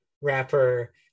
rapper